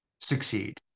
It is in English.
succeed